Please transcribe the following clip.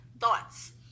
thoughts